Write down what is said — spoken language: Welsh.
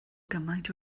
gymaint